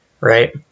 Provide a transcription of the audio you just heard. right